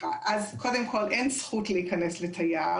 קודם כל אין זכות להיכנס לתייר.